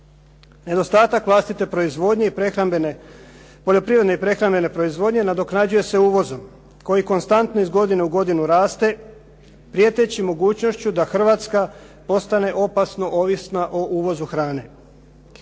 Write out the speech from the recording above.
Nedostatak vlastite proizvodnje i prehrambene, poljoprivredne i prehrambene proizvodnje nadoknađuje se uvozom koji konstantno iz godine u godinu raste prijeteći mogućnosti da Hrvatska postane opasno ovisna o uvozu hrane.